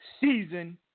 season